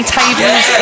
tables